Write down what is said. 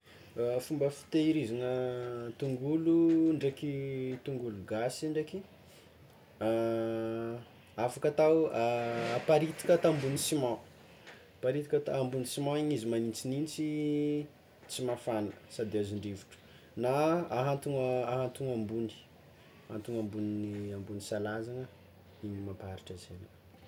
Fomba fitehirizana tongolo ndraiky tongolo gasy ndraiky, afaka atao aparitaka atao ambony siman, aparitaka atao ambony siman igny izy magnintsignintsy tsy mafagna sady azon-drivotro na ahantogna ahantogna ambony, ahantogna ambony ambony salazagna no mampaharitra azy ela.